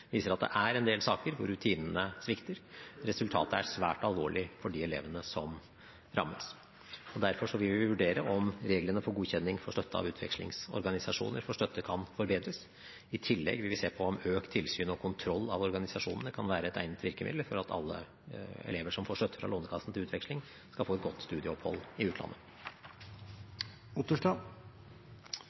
viser at det er en del saker hvor rutinene svikter. Resultatet er svært alvorlig for de elevene som rammes. Derfor vil vi vurdere om reglene for godkjenning for støtte av utvekslingsorganisasjoner kan forbedres. I tillegg vil vi se på om økt tilsyn og kontroll av organisasjonene kan være et egnet virkemiddel for at alle elever som får støtte fra Lånekassen til utveksling, skal få et godt studieopphold i utlandet.